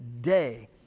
day